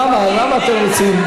למה, למה אתם מציעים?